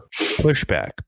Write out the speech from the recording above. pushback